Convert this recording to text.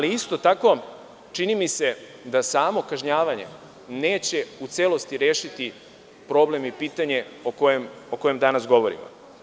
Isto tako, čini mi se da samo kažnjavanje neće u celosti rešiti problem i pitanje o kojem danas govorimo.